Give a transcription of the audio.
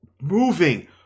Moving